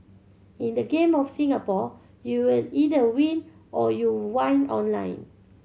in the Game of Singapore you either win or you whine online